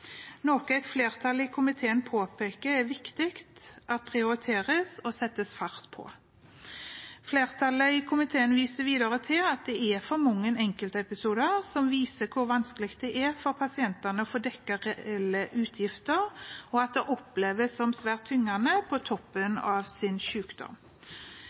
noe et flertall i komiteen påpeker er viktig at prioriteres og settes fart på. Flertallet i komiteen viser videre til at det er for mange enkeltepisoder som viser hvor vanskelig det er for pasientene å få dekket reelle utgifter, og at det oppleves som svært tyngende på